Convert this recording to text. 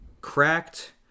cracked